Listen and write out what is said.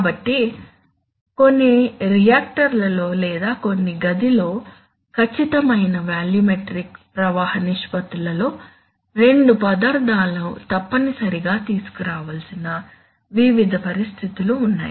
కాబట్టి కొన్ని రియాక్టర్లలో లేదా కొన్ని గదిలో ఖచ్చితమైన వాల్యూమెట్రిక్ ప్రవాహ నిష్పత్తులలో రెండు పదార్థాలను తప్పనిసరిగా తీసుకురావాల్సిన వివిధ పరిస్థితులు ఉన్నాయి